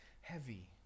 heavy